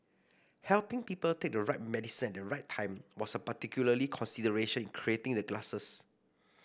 helping people take the right medicine at the right time was a particular consideration in creating the glasses